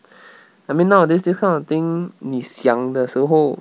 I mean nowadays this kind of thing 你想的时候